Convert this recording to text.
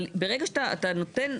אבל ברגע שאתה נותן,